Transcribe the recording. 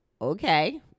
okay